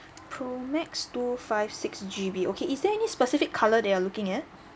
pro max two five six G_B okay is there any specific colour that you are looking at